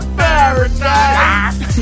paradise